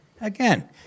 again